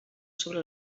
sobre